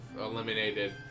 eliminated